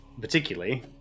particularly